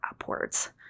upwards